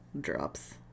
Drops